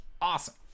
Awesome